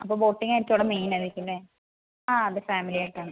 അപ്പോൾ ബോട്ടിങ്ങ് ഒക്കെ അവിടെ മെയിൻ ആയിരിക്കും ലെ അതെ അതെ ഫാമിലി ആയിട്ടാണ്